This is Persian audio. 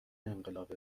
انقلاب